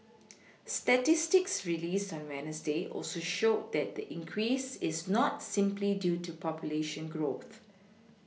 statistics released on wednesday also showed that the increase is not simply due to population growth